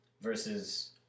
versus